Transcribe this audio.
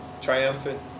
triumphant